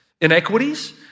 inequities